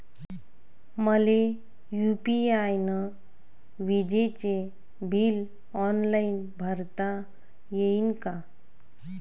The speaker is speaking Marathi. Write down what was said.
मले यू.पी.आय न विजेचे बिल ऑनलाईन भरता येईन का?